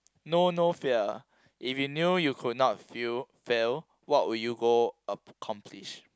know no fear if you knew you could not feel fail what would you go accomplish